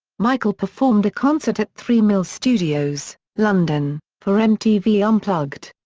michael performed a concert at three mills studios, london, for mtv unplugged.